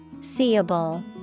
seeable